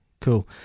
Cool